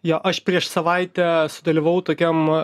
jo aš prieš savaitę sudalyvavau tokiam